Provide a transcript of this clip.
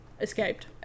escaped